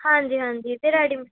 ਹਾਂਜੀ ਹਾਂਜੀ ਅਤੇ ਰੈਡੀ